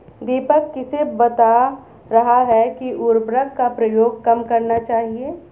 दीपक किसे बता रहा था कि उर्वरक का प्रयोग कम करना चाहिए?